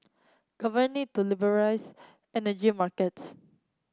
need to liberalise energy markets